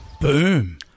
Boom